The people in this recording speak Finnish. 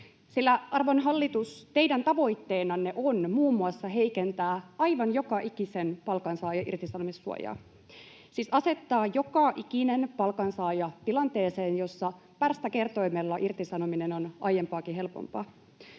arvon hallitus, teidän tavoitteenanne on muun muassa heikentää aivan joka ikisen palkansaajan irtisanomissuojaa, siis asettaa joka ikinen palkansaaja tilanteeseen, jossa pärstäkertoimella irtisanominen on aiempaakin helpompaa.